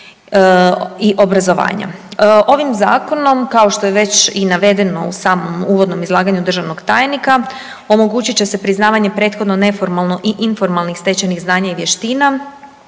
i obrazovanja. Ovim zakonom kao što je već i navedeno u samom uvodnom izlaganju državnog tajnika omogućit će se priznavanje prethodno neformalno i informalnih stečenih znanja i vještina